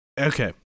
Okay